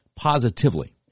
positively